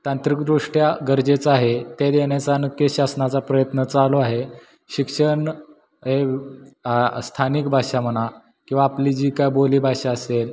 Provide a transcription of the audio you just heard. तांत्रिकदृष्ट्या गरजेचं आहे ते देण्याचा नक्की शासनाचा प्रयत्न चालू आहे शिक्षण हे वे स्थानिक भाषा म्हणा किंवा आपली जी काय बोली भाषा असेल